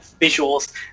visuals